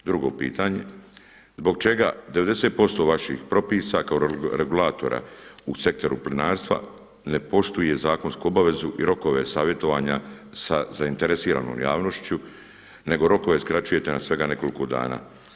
Drugo pitanje, zbog čega 90% vaših propisa kao regulatora u Sektoru plinarstva ne poštuje zakonsku obavezu i rokove savjetovanja sa zainteresiranom javnošću, nego rokove skraćujete na svega nekoliko dana.